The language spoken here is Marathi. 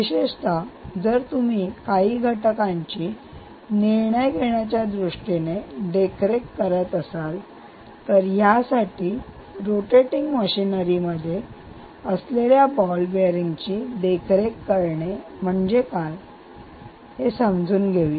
विशेषतः जर तुम्ही काही घटकांची निर्णय घेण्याच्या दृष्टीने देखरेख करत असाल तर यासाठी रोटेटिंग मशिनरी मध्ये असलेल्या बॉल बियरींगची देखरेख करणे म्हणजे काय हे समजून घेऊया